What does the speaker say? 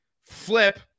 flip